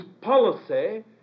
policy